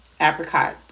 apricot